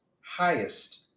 highest